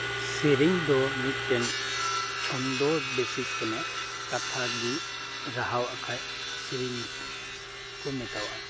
ᱥᱮᱨᱮᱧ ᱫᱚ ᱢᱤᱫᱴᱮᱱ ᱪᱷᱚᱱᱫᱚ ᱵᱤᱥᱮᱥ ᱠᱟᱱᱟ ᱠᱟᱛᱷᱟᱜᱤ ᱨᱟᱦᱟᱣᱟᱜ ᱠᱷᱟᱡ ᱥᱤᱨᱤᱧ ᱠᱩ ᱢᱮᱛᱟᱣᱟᱜ ᱟ